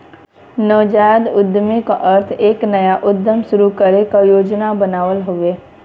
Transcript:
नवजात उद्यमी क अर्थ एक नया उद्यम शुरू करे क योजना बनावल हउवे